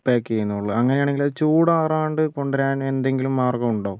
pack ചെയ്യുന്നേ ഉള്ളൂ അങ്ങനെയാണെങ്കില് അത് ചൂടാറാണ്ട് കൊണ്ടുവരാന് എന്തെങ്കിലും മാര്ഗമുണ്ടോ